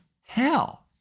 hell